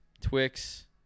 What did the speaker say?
Twix